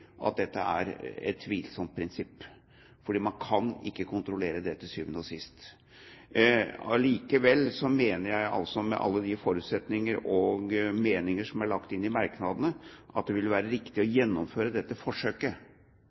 at dette er et tvilsomt prinsipp, fordi man ikke kan kontrollere det. Allikevel mener jeg, med alle de forutsetninger og meninger som er lagt inn i merknadene, at det vil være riktig å gjennomføre dette forsøket,